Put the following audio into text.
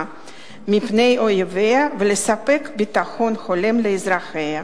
מפני אויביה ולספק ביטחון הולם לאזרחיה.